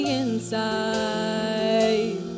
inside